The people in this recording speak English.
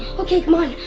okay, come on,